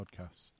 podcasts